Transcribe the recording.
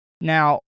Now